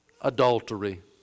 adultery